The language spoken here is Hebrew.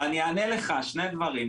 אענה לך שני דברים.